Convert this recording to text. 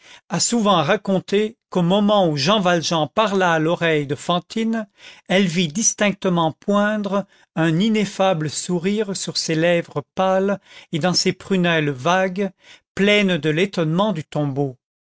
a souvent raconté qu'au moment où jean valjean parla à l'oreille de fantine elle vit distinctement poindre un ineffable sourire sur ces lèvres pâles et dans ces prunelles vagues pleines de l'étonnement du tombeau